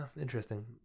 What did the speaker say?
interesting